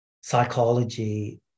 psychology